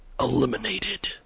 eliminated